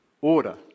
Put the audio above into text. order